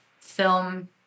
film